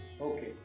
okay